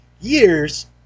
years